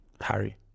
Harry